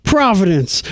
Providence